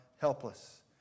helpless